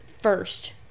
first